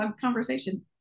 conversation